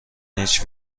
هیچ